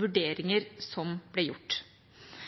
vurderinger som ble gjort.